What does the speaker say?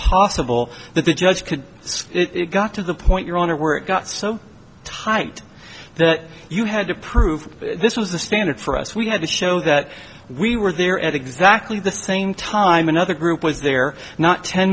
possible that the judge could see it got to the point your honor where it got so tight that you had to prove this was the standard for us we had to show that we were there at exactly the same time another group was there not ten